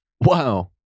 Wow